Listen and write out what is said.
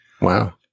Wow